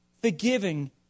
Forgiving